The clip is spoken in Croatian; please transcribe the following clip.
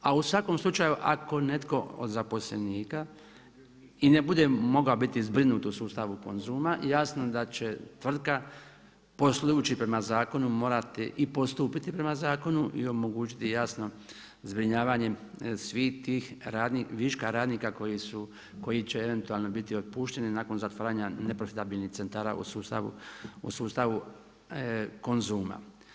A u svakom slučaju ako netko od zaposlenika i ne bude mogao biti zbrinut u sustavu Konzuma jasno da će tvrtka poslujući prema zakonu morati i postupiti prema zakonu i omogućiti jasno zbrinjavanje svih tih viška radnika koji će eventualno biti otpušteni nakon zatvaranja neprofitabilnih centara u sustavu Konzuma.